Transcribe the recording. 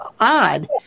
odd